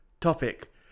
topic